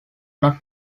not